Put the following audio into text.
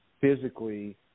physically